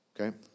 Okay